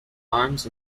arms